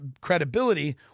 credibility